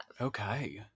Okay